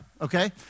Okay